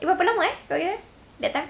you berapa lama eh that time